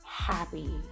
happy